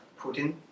Putin